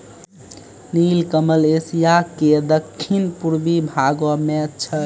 नीलकमल एशिया के दक्खिन पूर्वी भागो मे छै